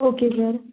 okay sir